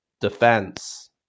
defense